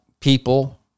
people